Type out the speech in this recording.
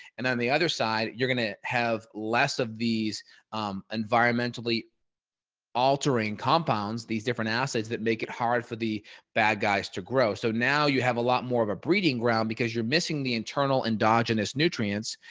and on the other side, you're going to have less of these environmentally altering compounds, these different acids that make it hard for the bad guys to grow. so now you have a lot more of a breeding ground because you're missing the internal endogenous nutrients.